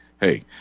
hey